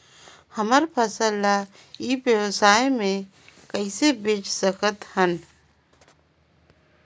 हमर फसल ल ई व्यवसाय मे कइसे बेच सकत हन?